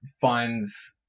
finds